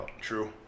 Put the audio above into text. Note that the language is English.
True